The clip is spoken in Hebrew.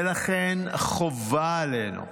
ולכן חובה עלינו,